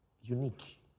unique